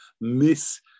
miss